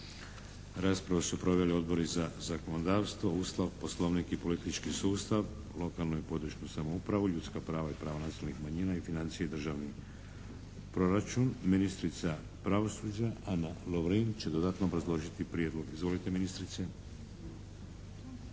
Raspravu su proveli: Odbori za zakonodavstvo, Ustav, Poslovnik i politički sustav, lokalnu i područnu samoupravu, ljudska prava i prava nacionalnih manjina i financije i državni proračun. Ministrica pravosuđa Ana Lovrin će dodatno obrazložiti prijedlog. Izvolite ministrice.